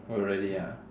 oh really ah